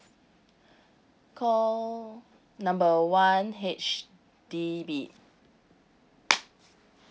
call number one H_D_B